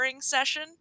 session